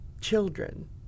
children